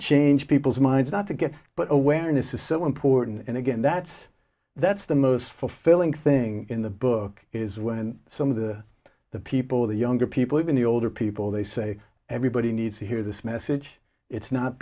change people's minds not to get but awareness is so important and again that's that's the most fulfilling thing in the book is when some of the the people the younger people even the older people they say everybody needs to hear this message it's not